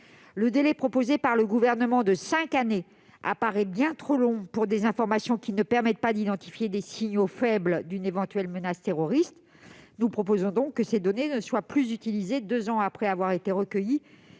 années proposé par le Gouvernement apparaît bien trop long lorsque les informations ne permettent pas d'identifier les signaux faibles d'une éventuelle menace terroriste. Nous proposons donc que ces données ne soient plus utilisées deux ans après leur recueil et